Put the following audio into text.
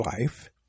life